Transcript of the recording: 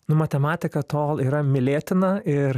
nu matematika tol yra mylėtina ir